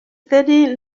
terry